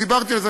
כשדיברתי על זה,